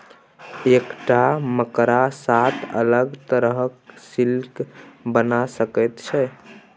एकटा मकड़ा सात अलग तरहक सिल्क बना सकैत छै